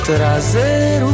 Trazer